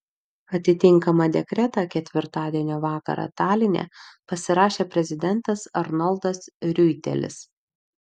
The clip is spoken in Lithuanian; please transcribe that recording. atitinkamą dekretą ketvirtadienio vakarą taline pasirašė prezidentas arnoldas riuitelis